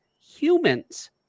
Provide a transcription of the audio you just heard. humans